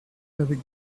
avec